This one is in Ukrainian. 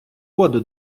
воду